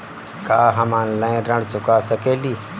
का हम ऑनलाइन ऋण चुका सके ली?